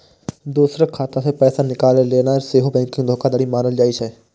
दोसरक खाता सं पैसा निकालि लेनाय सेहो बैंकिंग धोखाधड़ी मानल जाइ छै